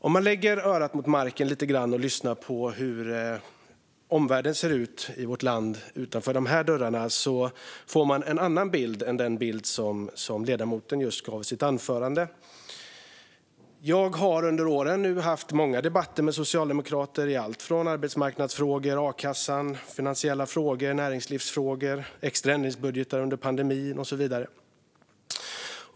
Om man lägger örat mot marken lite grann och lyssnar på hur omvärlden är i vårt land utanför de här dörrarna får man en annan bild än den bild som ledamoten just gav i sitt anförande. Jag har under åren haft debatter med många socialdemokrater i allt från arbetsmarknadsfrågor, a-kassan, finansiella frågor, näringslivsfrågor till extra ändringsbudgetar under pandemin och så vidare.